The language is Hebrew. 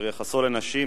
אשר יחסו לנשים,